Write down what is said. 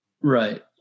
right